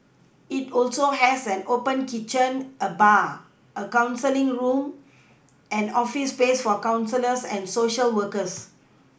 it also has an open kitchen and bar a counselling room and office space for counsellors and Social workers